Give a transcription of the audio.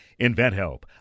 InventHelp